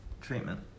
treatment